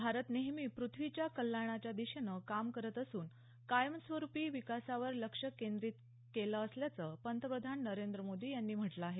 भारत नेहमी प्रथ्वीच्या कल्याणाच्या दिशेनं काम करत असून कायमस्वरुपी विकासावर लक्ष केंद्रीत केलं असल्याचं पंतप्रधान नरेंद्र मोदी यांनी म्हटलं आहे